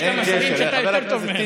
יש שם שרים שאתה יותר טוב מהם.